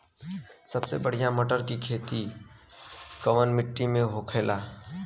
सबसे बढ़ियां मटर की खेती कवन मिट्टी में होखेला?